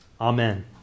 Amen